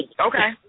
Okay